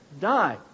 die